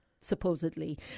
supposedly